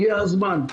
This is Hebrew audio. הגיע הזמן.